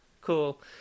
Cool